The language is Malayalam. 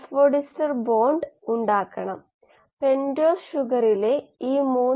ഇത് number 30 N A D H culture fluorescence രചയിതാക്കൾ സ്കീപ്പർ ഗെബവർ ഷുഗെർൽ എന്നിവരാണ്